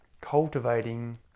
cultivating